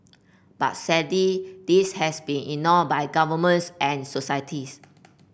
but sadly this has been ignored by governments and societies